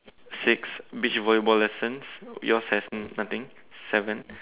six beach volleyball lessons yours has nothing seven